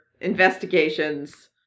Investigations